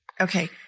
Okay